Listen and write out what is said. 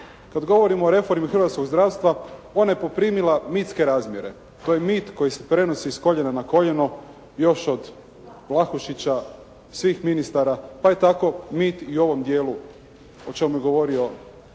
Kad govorimo o reformi hrvatskog zdravstva ona je poprimila mitske razmjere. To je mit koji se prenosi s koljena na koljeno još od Vlahušića, svih ministara pa je tako mit i ovom dijelu o čemu je govorio aktualni